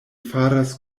faras